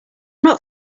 not